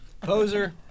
Poser